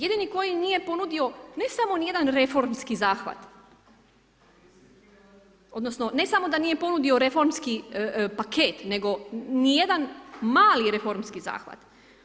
Jedini koji nije ponudio ne samo nije reformski zahvat odnosno ne samo da nije ponudio reformski paket nego nijedan mali reformski zahvat.